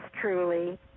truly